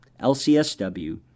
LCSW